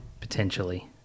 potentially